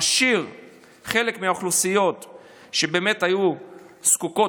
ולחלק מהאוכלוסיות שהיו זקוקות